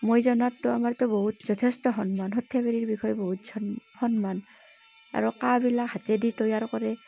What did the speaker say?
মই জনাতটো আমাৰটো বহুত যথেষ্ট সন্মান সৰ্থেবাৰীৰ বিষয়ে বহুত চন সন্মান আৰু কাঁহবিলাক হাতেদি তৈয়াৰ কৰে